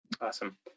Awesome